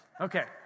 Okay